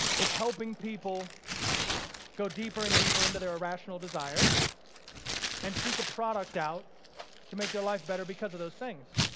it's helping people go deeper and deeper into their irrational desires and seek a product out to make their life better because of those things.